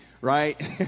Right